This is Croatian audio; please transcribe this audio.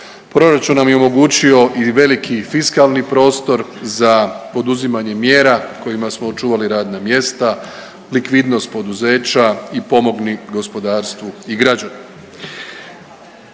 Proračun nam je omogućio i veliki fiskalni prostor za poduzimanje mjera kojima smo očuvali radna mjesta, likvidnost poduzeća i pomogli gospodarstvu i građanima.